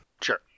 sure